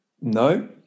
No